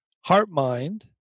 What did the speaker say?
heart-mind